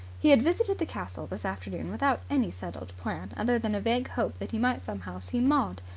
he had visited the castle this afternoon without any settled plan other than a vague hope that he might somehow see maud.